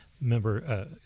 member